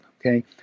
okay